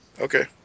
Okay